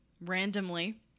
randomly